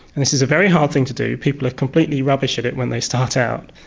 this is a very hard thing to do. people are completely rubbish at it when they start out,